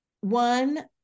One